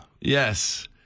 yes